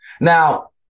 Now